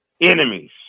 enemies